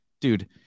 dude